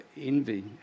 envy